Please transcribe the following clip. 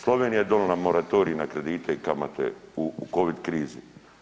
Slovenija je donijela moratorij na kredite i kamate u covid krizi.